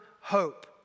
hope